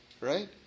right